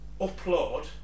upload